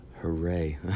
hooray